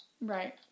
Right